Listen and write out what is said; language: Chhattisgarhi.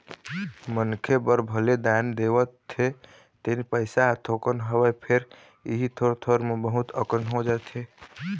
मनखे बर भले दान देवत हे तेन पइसा ह थोकन हवय फेर इही थोर थोर म बहुत अकन हो जाथे